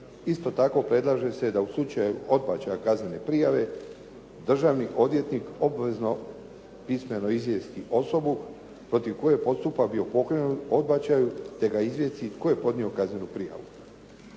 Isto tako predlaže se da u slučaju odbačaja kaznene prijave državni odvjetnik obvezno pismeno izvijesti osobu protiv koje je postupak bio pokrenut, odbačaju, te ga izvijesti tko je podnio kaznenu prijavu.